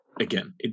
again